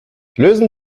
lösen